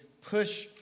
push